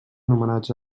homenatge